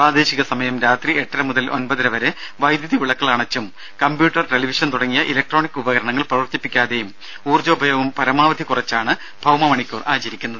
പ്രാദേശിക സമയം രാത്രി എട്ടര മുതൽ ഒമ്പതര വരെ വൈദ്യുതി വിളക്കുകൾ അണച്ചും കമ്പ്യൂട്ടർ ടെലിവിഷൻ തുടങ്ങിയ ഇലക്ട്രോണിക് ഉപകരണങ്ങൾ പ്രവർത്തിപ്പിക്കാതെയും ഊർജോപയോഗം പരമാവധി കുറച്ചാണ് ഭൌമ മണിക്കൂർ ആചരിക്കുന്നത്